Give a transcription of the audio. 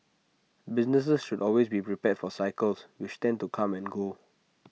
businesses should always be prepared for cycles which tend to come and go